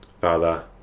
Father